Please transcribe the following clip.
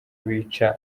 bica